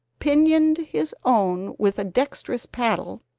pinioned his own with a dextrous paddle,